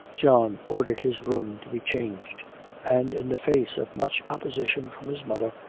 john ordered his room to be changed and in the face of much opposition from his mother,